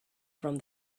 from